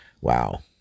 Wow